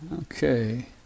Okay